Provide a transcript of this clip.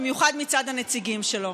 במיוחד מצד הנציגים שלו.